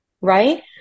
right